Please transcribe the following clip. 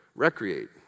recreate